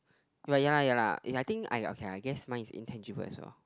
but ya lah ya lah if I think okay lah I guess mine is intangible as well